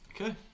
Okay